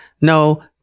no